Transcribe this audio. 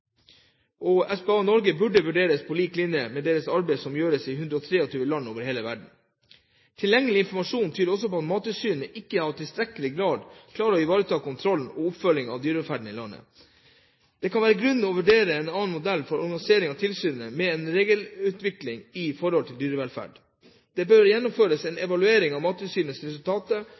dyrehåndtering – SPCA Norge har i dag samarbeid med brann- og redningsetaten i landet – videre utføre spesialiserte oppdrag for etater innen forsømte, farlige og aggressive dyr. SPCA Norges arbeid burde vurderes på lik linje med det arbeid som gjøres av RSPCA i 123 land over hele verden. Tilgjengelig informasjon tyder på at Mattilsynet ikke i tilstrekkelig grad klarer å ivareta kontrollen med og oppfølgingen av dyrevelferden i landet. Det kan være grunn til å vurdere en annen modell for